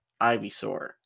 Ivysaur